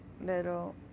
little